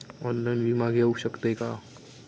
Online विमा घेऊ शकतय का?